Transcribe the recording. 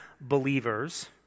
believers